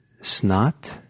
snot